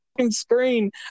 Screen